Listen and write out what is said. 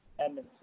Edmonton